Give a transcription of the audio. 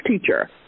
teacher